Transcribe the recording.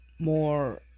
more